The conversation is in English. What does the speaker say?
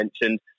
mentioned